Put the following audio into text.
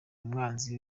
umwanzi